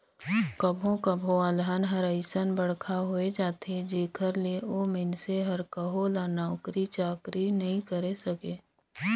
कभो कभो अलहन हर अइसन बड़खा होए जाथे जेखर ले ओ मइनसे हर कहो ल नउकरी चाकरी नइ करे सके